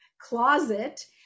closet